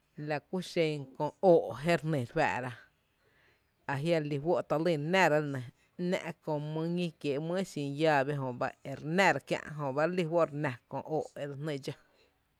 La kú xen kö óó je re jný re fáá’ra, ajia’ re lí fó’ talý re nⱥrá la nɇ, ‘nⱥ’ kö mý ekiee’ kö mý ñí exin llave jö bá re lí fó’ renⱥ kö óó’ e dse jný dxó.